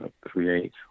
create